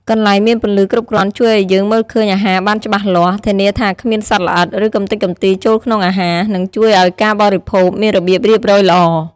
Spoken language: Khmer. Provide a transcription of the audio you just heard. កន្លែងមានពន្លឺគ្រប់គ្រាន់ជួយឲ្យយើងមើលឃើញអាហារបានច្បាស់លាស់ ធានាថាគ្មានសត្វល្អិត ឬកំទេចកំទីចូលក្នុងអាហារ និងជួយឲ្យការបរិភោគមានរបៀបរៀបរយល្អ ។